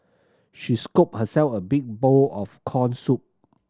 she scooped herself a big bowl of corn soup